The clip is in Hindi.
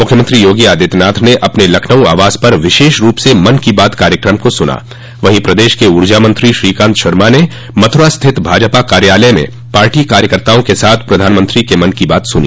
मुख्यमंत्री योगी आदित्यनाथ ने अपने लखनऊ आवास पर विशेष रूप से मन की बात कार्यक्रम को सुना वहीं प्रदेश के ऊर्जा मंत्री श्रीकान्त शर्मा ने मथुरा स्थित भाजपा कार्यालय में पार्टी कार्यकर्ताओं के साथ प्रधानमंत्री के मन की बात सुनी